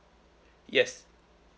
yes